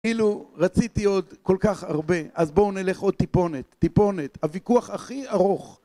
כאילו רציתי עוד כל כך הרבה, אז בואו נלך עוד טיפונת, טיפונת, הוויכוח הכי ארוך.